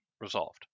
resolved